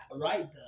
right